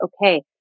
okay